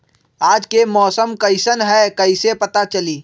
आज के मौसम कईसन हैं कईसे पता चली?